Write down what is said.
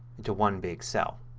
into one big cell.